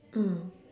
mm